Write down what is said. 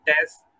test